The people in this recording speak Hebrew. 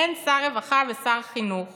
אין שר רווחה ושר חינוך